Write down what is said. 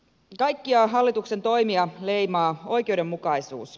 kaikkia hallituksen toimia leimaa oikeudenmukaisuus